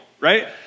right